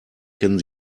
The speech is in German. kennen